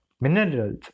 minerals